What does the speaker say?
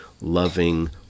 loving